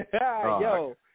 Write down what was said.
Yo